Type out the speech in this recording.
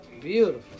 Beautiful